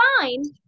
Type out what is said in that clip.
fine